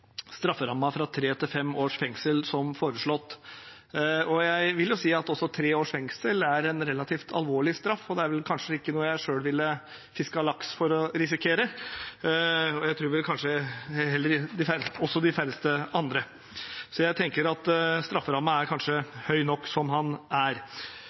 fra tre til fem års fengsel, som er foreslått. Også tre års fengsel er en relativt alvorlig straff, og jeg selv ville nok ikke fisket laks hvis jeg risikerte det jeg tror nok de færreste ville gjort det. Så strafferammen er kanskje høy nok som den er. Senterpartiet er også